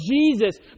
Jesus